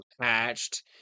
patched